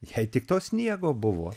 jei tik to sniego buvo